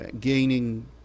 gaining